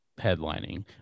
headlining